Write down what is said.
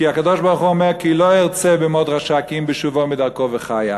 כי הקדוש-ברוך-הוא אומר: כי לא ארצה במות רשע כי אם בשובו מדרכו וחיה.